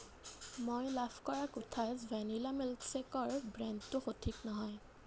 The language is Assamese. মই লাভ কৰা কোঠাছ ভেনিলা মিল্কশ্বেকৰ ব্ৰেণ্ডটো সঠিক নহয়